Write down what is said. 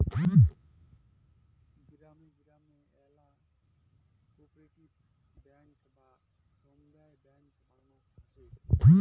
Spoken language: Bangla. গিরামে গিরামে আল্যা কোপরেটিভ বেঙ্ক বা সমব্যায় বেঙ্ক বানানো হসে